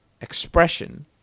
expression